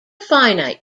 finite